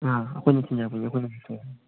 ꯑꯥ ꯑꯩꯈꯣꯏꯅ ꯊꯤꯟꯖꯔꯛꯄꯅꯤꯅ ꯑꯩꯈꯣꯏꯅ ꯔꯤꯛꯁ ꯂꯧꯒꯅꯤ